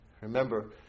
remember